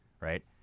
right